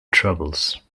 troubles